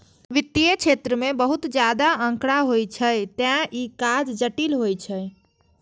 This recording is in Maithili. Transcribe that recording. वित्तीय क्षेत्र मे बहुत ज्यादा आंकड़ा होइ छै, तें ई काज जटिल होइ छै